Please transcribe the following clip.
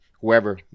whoever